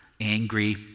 angry